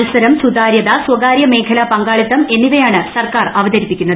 മത്സരം സുതാര്യത സ്വകാര്യ മേഖല പങ്കാളിത്തം എന്നിവയാണ് സർക്കാർ അവതരിപ്പിക്കുന്നത്